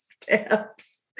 steps